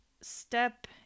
step